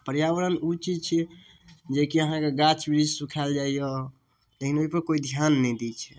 पर्यावरण ओ चीज छियै जे कि अहाँके गाछ बृक्ष सुखायल जाइया लेकिन ओहिपर कोइ ध्यान नहि दै छै